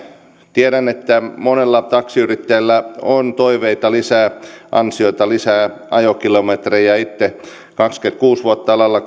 tiedän että monella taksiyrittäjällä on toiveita lisää ansioita lisää ajokilometrejä itse kuitenkin kaksikymmentäkuusi vuotta alalla